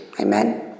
amen